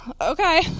okay